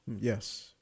Yes